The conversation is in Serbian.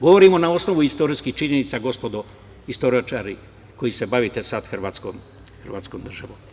Govorimo na osnovu istorijskih činjenica, gospodo istoričari koji se bavite sad Hrvatskom državom.